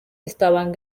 estaban